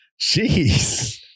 Jeez